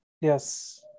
Yes